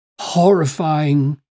horrifying